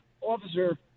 officer